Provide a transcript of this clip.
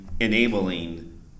enabling